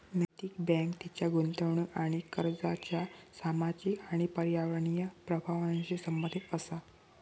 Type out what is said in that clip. नैतिक बँक तिच्या गुंतवणूक आणि कर्जाच्या सामाजिक आणि पर्यावरणीय प्रभावांशी संबंधित असा